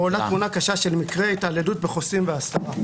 שבו עולה תמונה קשה של מקרי התעללות בחוסים בהסתרה.